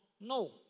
No